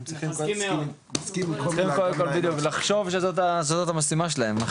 בדיוק, צריכים לחשוב שזאת המשימה שלהם.